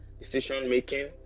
decision-making